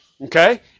Okay